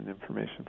information